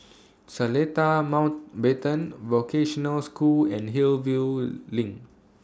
Seletar Mountbatten Vocational School and Hillview LINK